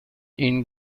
این